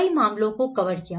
कई मामलों को कवर किया